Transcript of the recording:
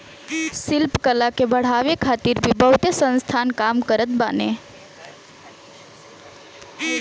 शिल्प कला के बढ़ावे खातिर भी बहुते संस्थान काम करत बाने